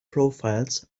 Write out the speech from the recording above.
profiles